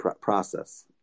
process